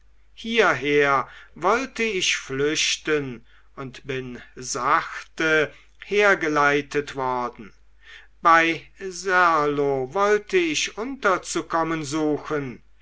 hierher wollte ich flüchten und bin sachte hergeleitet worden bei serlo wollte ich unterzukommen suchen